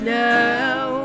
now